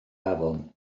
afon